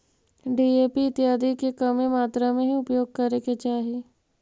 DAP इत्यादि के कमे मात्रा में ही उपयोग करे के चाहि